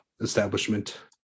establishment